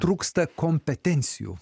trūksta kompetencijų